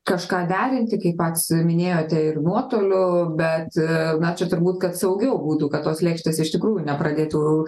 kažką derinti kaip pats minėjote ir nuotoliu bet na čia turbūt kad saugiau būtų kad tos lėkštės iš tikrųjų nepradėtų